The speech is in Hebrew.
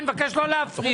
אני מבקש לא להפריע.